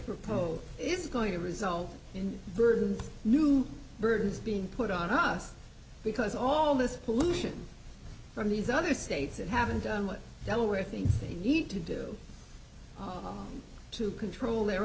propose it's going to result in burden new birds being put on us because all this pollution from these other states and haven't done what delaware think they need to do to control their